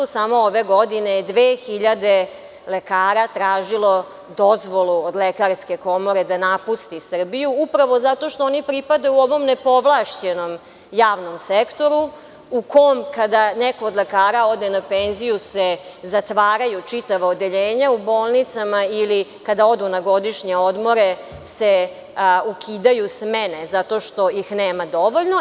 Samo ove godine je 2.000 lekara tražilo dozvolu od Lekarske komore da napusti Srbiju upravo zato što oni pripadaju ovom nepovlašćenom javnom sektoru u kom kada neko od lekara ode u penziju odmah se zatvaraju čitava odeljenja u bolnicama ili kada odu na godišnje odmore se ukidaju smene zato što ih nema dovoljno.